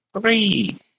Three